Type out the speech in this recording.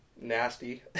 nasty